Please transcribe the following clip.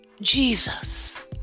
Jesus